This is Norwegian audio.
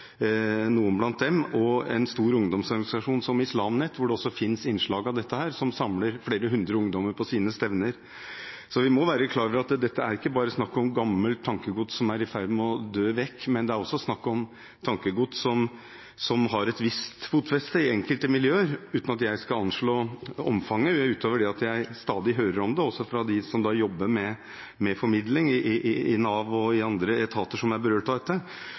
Noen av retningene kaller seg vel salafister, wahabister, og en stor ungdomsorganisasjon som Islam Net, hvor det også fins innslag av dette, samler flere hundre ungdommer på sine stevner. Så vi må være klar over at dette er ikke bare snakk om gammelt tankegods som er i ferd med å dø vekk, men det også snakk om tankegods som har et visst fotfeste i enkelte miljøer, uten at jeg skal anslå omfanget, utover det at jeg stadig hører om det, også fra dem som jobber med formidling i Nav og i andre etater som er berørt av dette.